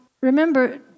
remember